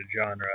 genre